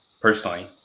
personally